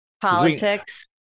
Politics